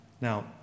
Now